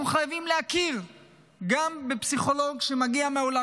אנחנו חייבים להכיר גם בפסיכולוג שמגיע מהעולם.